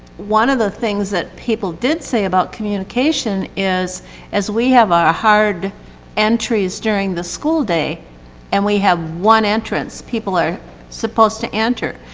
one of the things that people did say about communication is as we have our hard entries during the school day and we have one entrance people are supposed to enter,